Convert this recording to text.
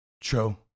True